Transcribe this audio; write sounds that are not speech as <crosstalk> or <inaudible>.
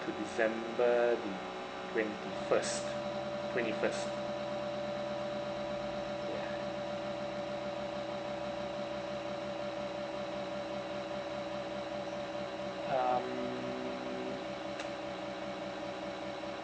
to december the twenty first twenty first ya um <noise>